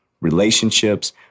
relationships